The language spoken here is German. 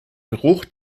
geruch